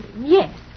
Yes